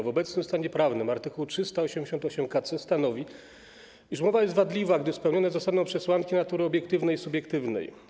W obecnym stanie prawnym art. 388 k.c. stanowi, iż umowa jest wadliwa, gdy spełnione zostaną przesłanki natury obiektywnej i subiektywnej.